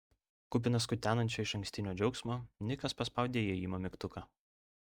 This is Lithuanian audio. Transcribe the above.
kupinas kutenančio išankstinio džiaugsmo nikas paspaudė įėjimo mygtuką